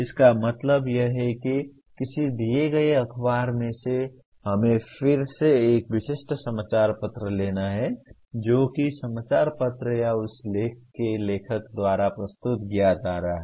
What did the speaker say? इसका मतलब यह है कि किसी दिए गए अखबार से हमें फिर से एक विशिष्ट समाचार पत्र लेना है जो कि समाचार पत्र या उस लेख के लेखक द्वारा प्रस्तुत किया जा रहा है